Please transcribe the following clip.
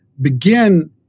begin